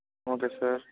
okay sir